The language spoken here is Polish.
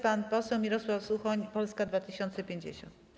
Pan poseł Mirosław Suchoń, Polska 2050.